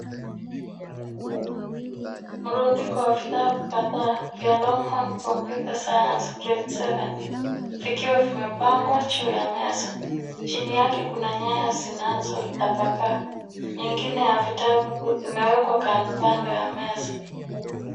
Mrundiko wa vitabu kadhaa vya Longhorn Computer Science grade seven vikiwa vimepangwa juu ya meza, chini yake kuna nyaya zinazotapakaa ingine ya vitabu imewekwa kando kando ya meza.